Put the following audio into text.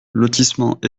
lotissement